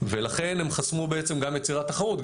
לכן הם חסמו בעצם גם יצירת תחרות,